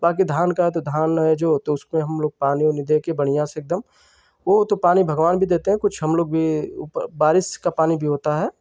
बाकी धान का है तो धान है जो तो उसमें हम लोग पानी ओनि दे कर बढ़िया से एकदम वो तो पानी भगवान भी देते हैं कुछ हम लोग भी ऊपर बारिश का पानी भी होता है